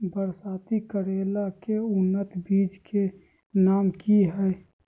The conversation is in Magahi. बरसाती करेला के उन्नत बिज के नाम की हैय?